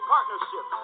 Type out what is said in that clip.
partnership